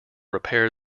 repair